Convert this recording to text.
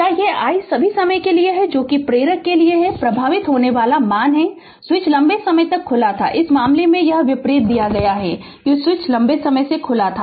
क्या यह i सभी समय के लिए है जो कि प्रेरक में एक के लिए प्रवाहित होने वाला मान है कि स्विच लंबे समय तक खुला था इस मामले में यह विपरीत दिया गया है कि स्विच लंबे समय से खोला गया था